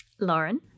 Lauren